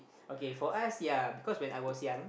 okay for us yea because when I was young